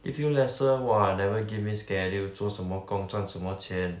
give you lesser !wah! never give me schedule 做什么工赚什么钱